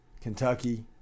Kentucky